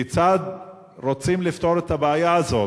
כיצד רוצים לפתור את הבעיה הזו?